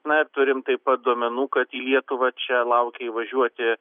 na ir turim taip pat duomenų kad į lietuvą čia laukia įvažiuoti